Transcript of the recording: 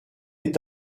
est